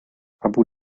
abu